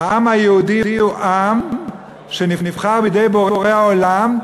העם היהודי הוא עם שנבחר בידי בורא העולם,